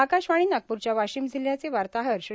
आकाशवाणी नागप्रच्या वाशिम जिल्ह्याचे वार्ताहर श्री